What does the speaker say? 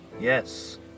Yes